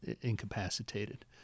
incapacitated